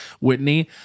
Whitney